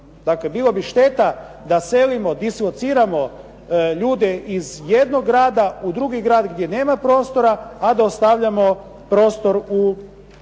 bilo bi šteta da selimo, dislociramo ljude iz jednog grada u drugi grad gdje nema prostora a da ostavljamo prostor prazan